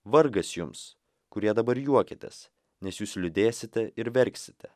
vargas jums kurie dabar juokiatės nes jūs liūdėsite ir verksite